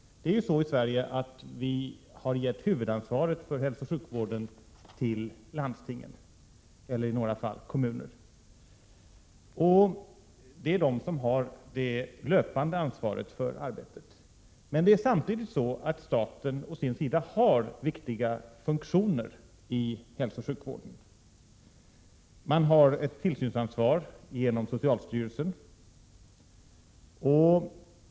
Vi har i Sverige gett huvudansvaret för hälsooch sjukvården till landstingen och i några fall till kommunerna. De har det löpande ansvaret för arbetet. Samtidigt har staten å sin sida viktiga funktioner i hälsooch sjukvården. Staten har ett tillsynsansvar genom socialstyrelsen.